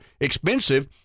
expensive